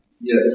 Yes